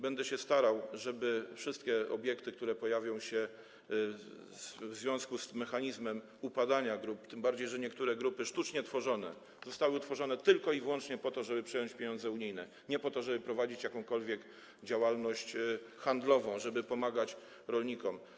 Będę się starał, żeby wszystkie obiekty, które pojawią się w związku z tym mechanizmem upadania grup, tym bardziej że niektóre grupy zostały utworzone sztucznie tylko i wyłącznie po to, żeby przejąć pieniądze unijne, a nie po to, żeby prowadzić jakąkolwiek działalność handlową, żeby pomagać rolnikom.